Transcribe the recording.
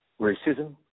racism